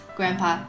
Grandpa